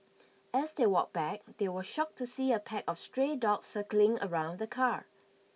as they walked back they were shocked to see a pack of stray dogs circling around the car